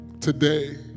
today